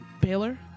baylor